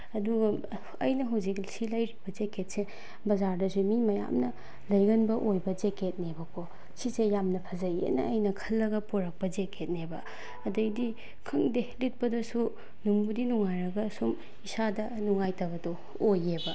ꯑꯗꯨꯒ ꯑꯩꯅ ꯍꯧꯖꯤꯛ ꯁꯤ ꯂꯩꯔꯤꯕ ꯖꯦꯛꯀꯦꯠꯁꯦ ꯕꯖꯥꯔꯗꯁꯨ ꯃꯤ ꯃꯌꯥꯝꯅ ꯂꯩꯒꯟꯕ ꯑꯣꯏꯕ ꯖꯦꯛꯀꯦꯠꯅꯦꯕꯀꯣ ꯁꯤꯁꯦ ꯌꯥꯝꯅ ꯐꯖꯩꯌꯦꯅ ꯑꯩꯅ ꯈꯜꯂꯒ ꯄꯣꯔꯛꯄ ꯖꯦꯛꯀꯦꯠꯅꯦꯕ ꯑꯗꯒꯤꯗꯤ ꯈꯪꯗꯦ ꯂꯤꯠꯄꯗꯁꯨ ꯅꯨꯡꯕꯨꯗꯤ ꯅꯨꯡꯉꯥꯏꯔꯒ ꯁꯨꯝ ꯏꯁꯥꯗ ꯅꯨꯡꯉꯥꯏꯇꯕꯗꯣ ꯑꯣꯏꯌꯦꯕ